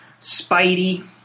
Spidey